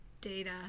Data